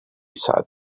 sad